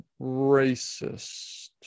racist